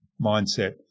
mindset